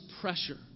pressure